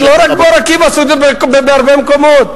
לא רק באור-עקיבא, עשו את זה בהרבה מקומות.